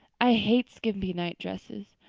i hate skimpy night-dresses.